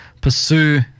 pursue –